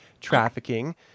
trafficking